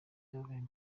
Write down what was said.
byabaye